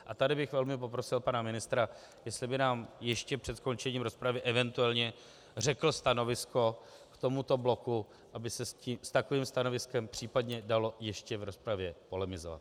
A tady bych velmi poprosil pana ministra, jestli by nám ještě před skončením rozpravy eventuálně řekl stanovisko k tomuto bloku, aby se s takovým stanoviskem případně dalo ještě v rozpravě polemizovat.